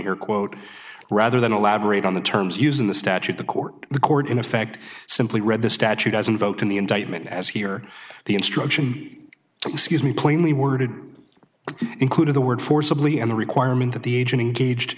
you're quote rather than elaborate on the terms used in the statute the court the court in effect simply read the statute doesn't vote in the indictment as here the instruction excuse me plainly worded included the word forcibly and the requirement that the agent engaged